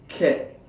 cat